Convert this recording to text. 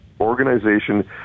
organization